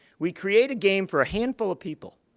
we create a game for a handful of people,